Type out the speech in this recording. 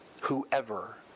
whoever